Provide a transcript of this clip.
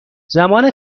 زمان